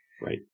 Right